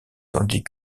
tandis